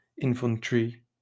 infantry